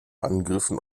angriffen